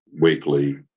weekly